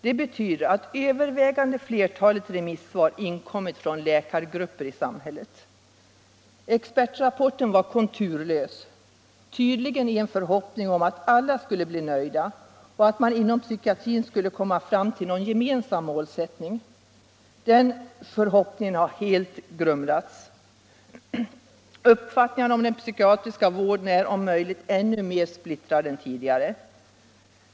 Det betyder att det övervägande flertalet remissvar har kommit från läkargrupper i samhället. Expertrapporten var konturlös, tydligen i förhoppning om att alla skulle bli nöjda och att man inom psykiatrin skulle komma fram till någon gemensam målsättning. Denna förhoppning har helt grusats. Uppfattningarna om den psykiatriska vården är om möjligt ännu mer splittrade än tidigare.